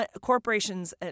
corporations